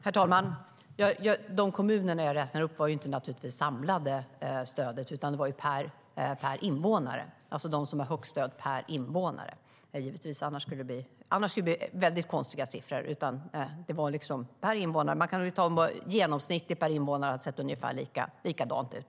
Herr talman! De kommuner jag räknade upp gällde naturligtvis inte det samlade stödet, utan det var per invånare; alltså de kommuner som hade högst stöd per invånare. Annars skulle det bli mycket konstiga siffror. Genomsnittet per invånare har sett ungefär lika ut.